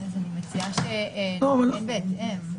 אני מציעה שנתקן בהתאם.